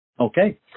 Okay